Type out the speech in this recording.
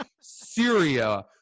Syria